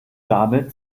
damit